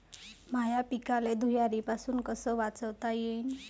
माह्या पिकाले धुयारीपासुन कस वाचवता येईन?